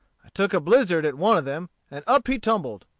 i took a blizzard at one of them, and up he tumbled.